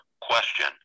question